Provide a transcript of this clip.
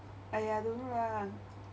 !aiya! don't know lah